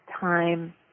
time